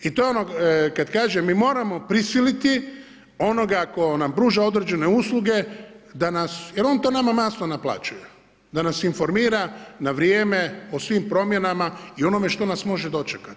I to je ono kad kažem mi moramo prisiliti onoga tko nam pruža određene usluge da nas, jer on to nama masno naplaćuje da nas informira na vrijeme o svim promjenama i onome što nas može dočekati.